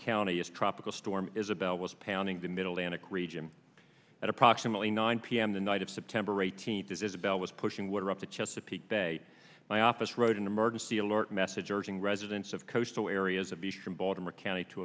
county as tropical storm isabel was pounding the middle anak region at approximately nine p m the night of september eighteenth isabel was pushing water up the chesapeake bay my office wrote an emergency alert message urging residents of coastal areas of eastern baltimore county to